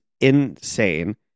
insane